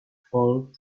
fault